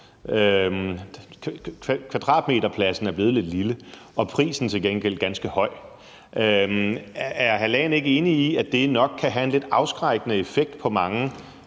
Kvadratmeterpladsen er blevet lidt lille, og prisen til gengæld ganske høj. Er hr. Leif Lahn Jensen ikke enig i, at det nok kan have en lidt afskrækkende effekt på mange